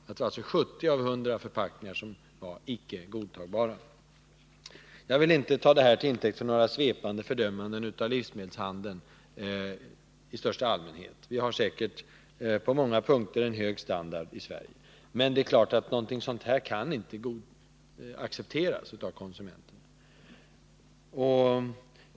Det var alltså 70 av 100 förpackningar som innehöll en icke godtagbar vara. Jag vill inte ta detta till intäkt för några svepande fördömanden av livsmedelshandeln i största allmänhet. Den har säkert på många punkter en hög standard i Sverige. Men det är klart att det här inte kan accepteras av konsumenterna.